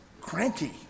cranky